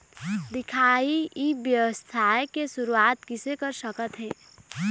दिखाही ई व्यवसाय के शुरुआत किसे कर सकत हे?